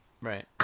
Right